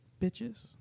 Bitches